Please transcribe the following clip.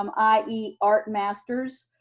um i e. art masters,